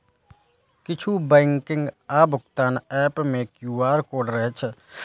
किछु बैंकिंग आ भुगतान एप मे क्यू.आर कोड रहै छै